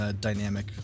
dynamic